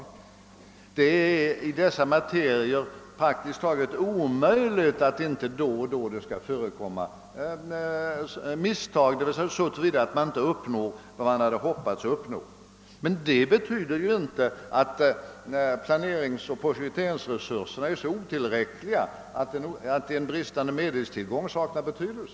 När det gäller dessa materier är det uteslutet att det inte då och då förekommer misstag, så till vida att man inte uppnår allt man hade hoppats att uppnå. Men det betyder ju inte att planeringsoch projekteringsresurserna är så otillräckliga att en bristande medelstillgång saknar betydelse.